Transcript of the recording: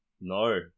No